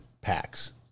packs